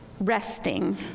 resting